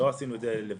לא עשינו את זה לבד.